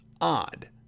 odd